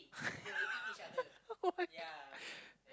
why